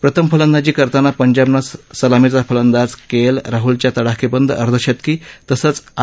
प्रथम फलंदाजी करताना पंजाबनं सलामीचा फलंदाज के एल राहुलच्या तडाखेबंद अर्धशतकी तसंच आर